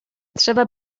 trzeba